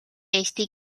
eesti